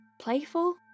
playful